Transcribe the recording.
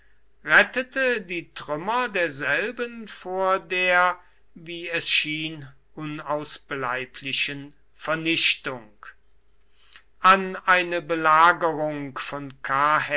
rettete die trümmer derselben vor der wie es schien unausbleiblichen vernichtung an eine belagerung von